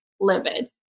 livid